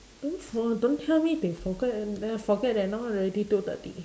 don't for~ don't tell me they forget then forget that now already two thirty